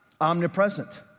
omnipresent